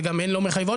וגם הן לא מחייבות,